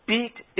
beat